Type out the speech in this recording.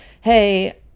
hey